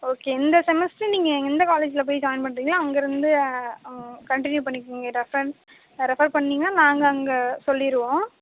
okay இந்த semester நீங்கள் எந்த காலேஜில் போய் ஜாயின் பண்ணுறிங்களோ அங்கேருந்து கன்டினியூவ் பண்ணிக்கோங்க ரெஃபரன்ஸ் ரெஃபர் பண்ணிங்கனா நாங்கள் அங்கே சொல்லிடுவோம்